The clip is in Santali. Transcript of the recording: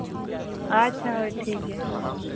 ᱟᱪᱪᱷᱟ ᱦᱳᱭ ᱴᱷᱤᱠ ᱜᱮᱭᱟ